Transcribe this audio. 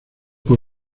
por